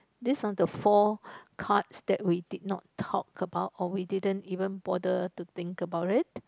these are the four cards that we did not talk about or we didn't even bother to think about it